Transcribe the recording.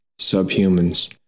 subhumans